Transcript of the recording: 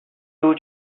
two